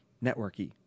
network-y